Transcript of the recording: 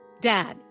Dad